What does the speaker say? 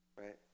Right